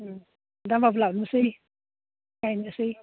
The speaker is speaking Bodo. उम दामबाबो लाबोनोसै गायनोसै